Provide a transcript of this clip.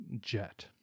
jet